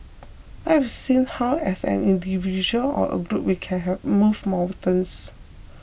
I have seen how as an individual or a group we can have move mountains